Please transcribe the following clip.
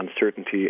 uncertainty